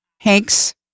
Hank's